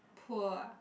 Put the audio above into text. poor ah